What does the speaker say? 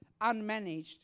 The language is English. unmanaged